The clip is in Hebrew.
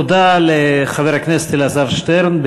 תודה לחבר הכנסת אלעזר שטרן,